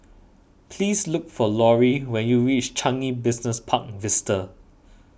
please look for Lori when you reach Changi Business Park Vista